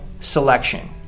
selection